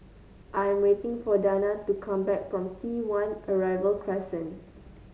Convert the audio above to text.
I am waiting for Danna to come back from T One Arrival Crescent